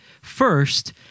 first